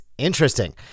interesting